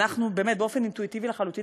באופן אינטואיטיבי לחלוטין,